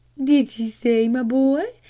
did ye say, my boy,